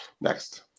Next